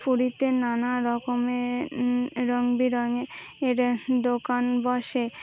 পুরীতে নানা রকমের রঙ বেরঙের দোকান বসে